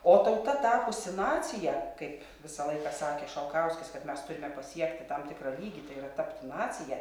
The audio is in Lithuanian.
o tauta tapusi nacija kaip visą laiką sakė šalkauskis kad mes turime pasiekti tam tikrą lygį tai yra tapti nacija